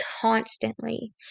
constantly